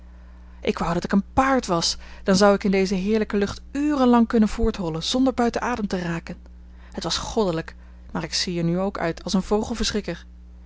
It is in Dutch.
ik wou dat ik een paard was dan zou ik in deze heerlijke lucht uren lang kunnen voorthollen zonder buiten adem te raken het was goddelijk maar ik zie er nu ook uit als een vogelverschrikker